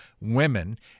women